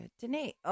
Denise